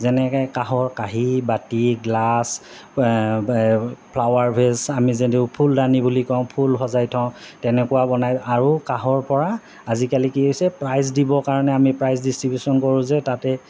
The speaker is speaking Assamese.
যেনেকে কাঁহৰ কাঁহী বাতি গ্লাছ ফ্লাৱাৰভেষ্ট আমি যে ফুলদানি বুলি কওঁ ফুল সজাই থওঁ তেনেকুৱা বনাই আৰু কাঁহৰ পৰা আজিকালি কি হৈছে প্ৰাইজ দিবৰ কাৰণে আমি প্ৰাইজ ডিষ্ট্ৰিবিউচন কৰোঁ যে তাতে